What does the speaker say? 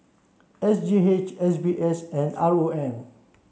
S G H S B S and R O M